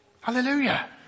Hallelujah